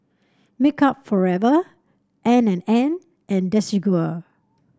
Makeup Forever N and N and Desigual